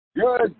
Good